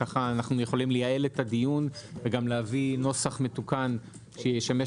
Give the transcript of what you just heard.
כך אנו יכולים לייעל את הדיון ולהביא נוסח מתוקן שישמש